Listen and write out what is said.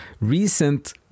recent